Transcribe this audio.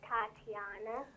Tatiana